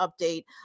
update